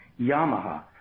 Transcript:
Yamaha